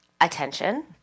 attention